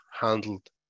handled